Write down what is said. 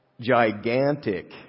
gigantic